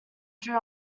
drew